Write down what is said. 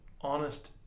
honest